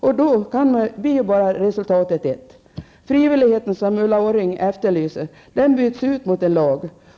Då blir resultatet bara ett, nämligen att frivilligheten, som Ulla Orring efterlyser, byts ut mot en lag.